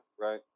right